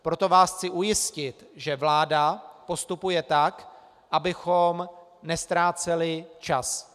Proto vás chci ujistit, že vláda postupuje tak, abychom neztráceli čas.